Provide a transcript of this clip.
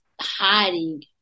hiding